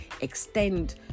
extend